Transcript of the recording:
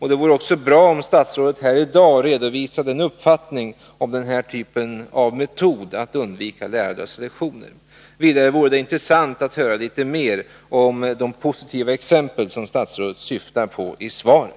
Det vore också bra om statsrådet här i dag redovisade en uppfattning om denna typ av metod att undvika lärarlösa lektioner. Vidare vore det intressant att höra litet mer om de positiva exempel som statsrådet syftar på i svaret.